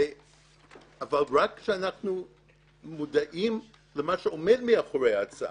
אבל רק כשאנחנו מודעים למה שעומד מאחורי ההצעה,